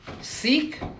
Seek